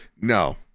no